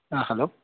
ஆ hello